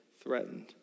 threatened